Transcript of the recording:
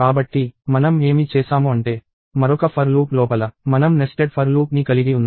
కాబట్టి మనం ఏమి చేసాము అంటే మరొక for లూప్ లోపల మనం nested for లూప్ ని కలిగి ఉన్నాము